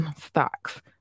stocks